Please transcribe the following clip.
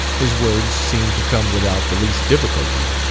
his words seemed to come without the least difficulty,